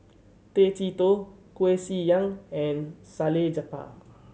Tay Chee Toh Koeh Sia Yong and Salleh Japar